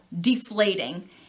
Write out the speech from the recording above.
deflating